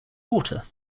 water